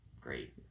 great